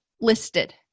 listed